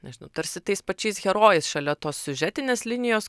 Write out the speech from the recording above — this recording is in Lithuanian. nežinau tarsi tais pačiais herojais šalia tos siužetinės linijos